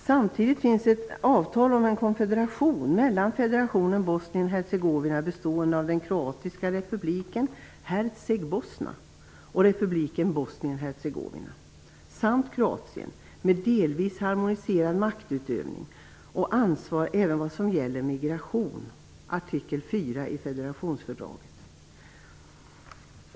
Samtidigt finns ett avtal om en konfederation mellan federationen Bosnien-Hercegovina, bestående av den kroatiska republiken Herceg-Bosna och republiken Bosnien-Hercegovina, samt Kroatien med delvis harmoniserad maktutövning och ansvar även vad gäller migration, enligt artikel 4 i konfederationsfördraget.